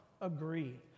Agree